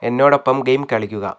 എന്നോടൊപ്പം ഗെയിം കളിക്കുക